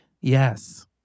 Yes